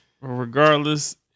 regardless